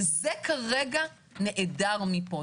וזה כרגע נעדר מפה.